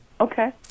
okay